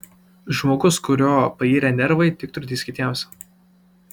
žmogus kurio pairę nervai tik trukdys kitiems